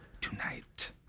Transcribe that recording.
Tonight